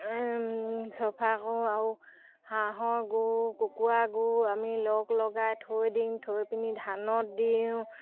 চফা কৰোঁ আৰু হাঁহৰ গু কুকুৰাৰ গু আমি লগ লগাই থৈ দিওঁ থৈ পিনি ধানত দিওঁ